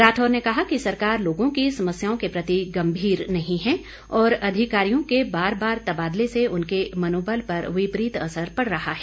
राठौर ने कहा कि सरकार लोगों की समस्याओं के प्रति गंभीर नहीं है और अधिकारियों के बार बार तबादले से उनके मनोबल पर विपरीत असर पड़ रहा है